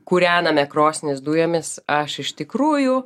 kūrename krosnis dujomis aš iš tikrųjų